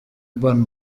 urban